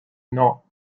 not